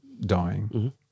dying